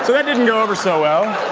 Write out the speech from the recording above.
that didn't go over so well.